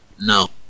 no